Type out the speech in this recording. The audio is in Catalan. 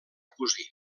cosir